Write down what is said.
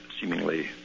seemingly